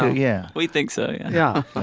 yeah, we think so. yeah yeah.